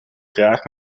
graag